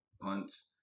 punts